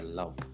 love